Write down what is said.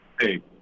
Hey